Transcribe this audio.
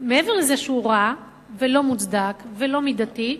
מעבר לזה שהחוק רע ולא מוצדק ולא מידתי,